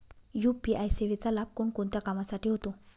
UPI सेवेचा लाभ कोणकोणत्या कामासाठी होतो?